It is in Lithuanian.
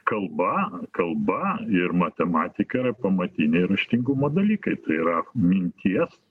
kalba kalba ir matematika yra pamatiniai raštingumo dalykai tai yra minties